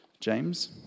James